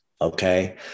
Okay